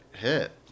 hit